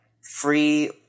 free